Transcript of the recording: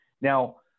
Now